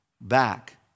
back